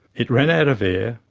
it ran out of air,